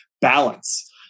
balance